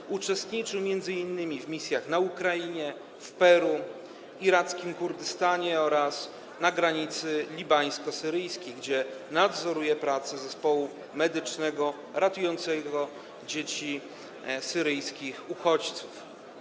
Brał udział m.in. w misjach na Ukrainie, w Peru, irackim Kurdystanie oraz na granicy libańsko-syryjskiej, gdzie nadzoruje pracę zespołu medycznego ratującego dzieci syryjskich uchodźców.